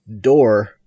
door